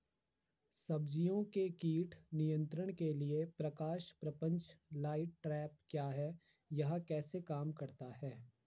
सब्जियों के कीट नियंत्रण के लिए प्रकाश प्रपंच लाइट ट्रैप क्या है यह कैसे काम करता है?